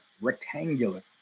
rectangular